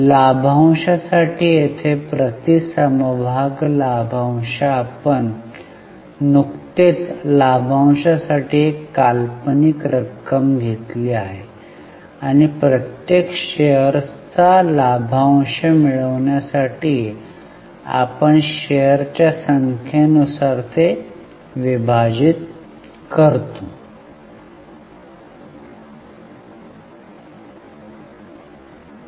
लाभांशासाठी येथे प्रति समभाग लाभांश आपण नुकतेच लाभांशासाठी एक काल्पनिक रक्कम घेतली आहे आणि प्रत्येक शेअर्सचा लाभांश मिळवण्यासाठी आपण शेअर्सच्या संख्ये नुसार ते विभाजित करतो